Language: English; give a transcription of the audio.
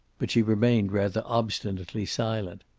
but she remained rather obstinately silent.